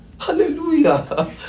Hallelujah